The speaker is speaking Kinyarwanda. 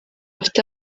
bafite